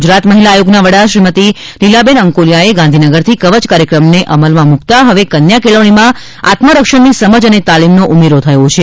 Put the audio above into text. ગુજરાત મહિલા આયોગના વડા શ્રીમતી લીલાબેન આંકોલીયાએ ગાંધીનગરથી કવચ કાર્યક્રમને અમલમાં મુકતા હવે કન્યાકેળવણીમાં આત્મરક્ષણની સમજ અને તાલીમનો ઊમેરો થયો છે